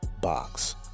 box